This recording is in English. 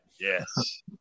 Yes